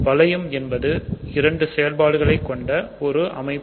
வளையம் என்பது இரண்டு செயல்பாடுகளைக் கொண்ட ஒரு அமைப்பு